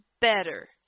better